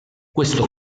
questo